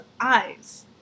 eyes